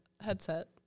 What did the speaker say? headset